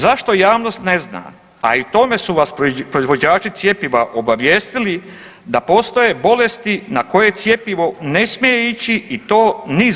Zašto javnost ne zna, a i o tome su vas proizvođači cjepiva obavijestili da postoje bolesti na koje cjepivo ne smije ići i to niz